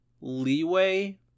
leeway